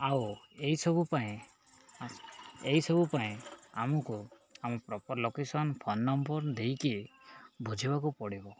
ଆଉ ଏଇସବୁ ପାଇଁ ଏହିସବୁ ପାଇଁ ଆମକୁ ଆମ ପ୍ରପର ଲୋକେସନ ଫୋନ ନମ୍ବର ଦେଇକି ବୁଝିବାକୁ ପଡ଼ିବ